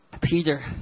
Peter